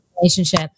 relationship